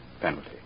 penalty